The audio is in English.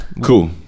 Cool